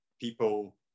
people